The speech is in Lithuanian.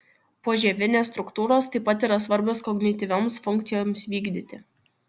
požievinės struktūros taip pat yra svarbios kognityvioms funkcijoms vykdyti